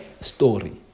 story